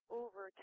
over